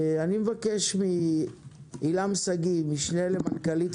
אני מבקש מעילם שגיא משנה למנכ"לית